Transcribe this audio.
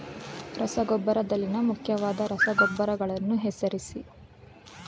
ರಸಗೊಬ್ಬರದಲ್ಲಿನ ಮುಖ್ಯವಾದ ರಸಗೊಬ್ಬರಗಳನ್ನು ಹೆಸರಿಸಿ?